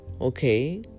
Okay